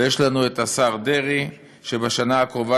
ויש לנו את השר דרעי: "בשנה הקרובה